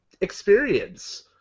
experience